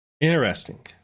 Interesting